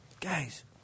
Guys